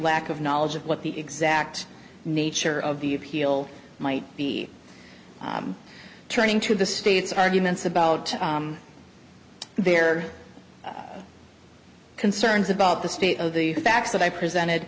lack of knowledge of what the exact nature of the appeal might be turning to the state's arguments about their concerns about the state of the facts that i presented